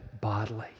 bodily